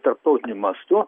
tarptautiniu mastu